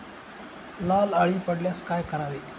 लाल अळी पडल्यास काय करावे?